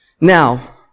Now